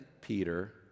Peter